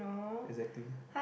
exactly